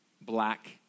black